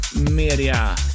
media